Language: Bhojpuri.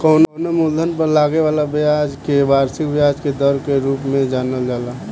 कवनो मूलधन पर लागे वाला ब्याज के वार्षिक ब्याज दर के रूप में जानल जाला